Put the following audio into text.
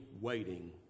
waiting